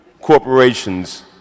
corporations